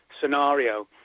scenario